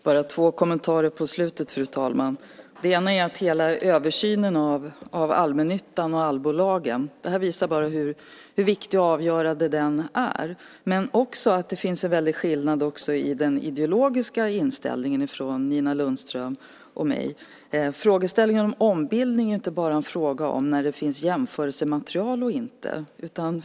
Fru talman! Jag har två kommentarer på slutet. Den ena är att det här visar hur viktig och avgörande hela översynen av allmännyttan och allbolagen är. Det visar också att det finns en väldig skillnad i den ideologiska inställningen mellan Nina Lundström och mig. Frågeställningen om ombildning är inte bara en fråga om när det finns jämförelsematerial och inte.